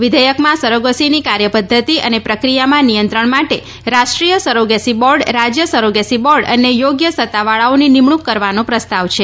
વિધેયકમાં સરોગેસીના કાર્યપદ્ધતિ અને પ્રક્રિયામાં નિયંત્રણ માટે રાષ્ટ્રીય સરોગેસી બોર્ડ રાજ્ય સરોગેસી બોર્ડ અને યોગ્ય સત્તાવાળાઓની નિમણૂંક કરવાનો પ્રસ્તાવ છે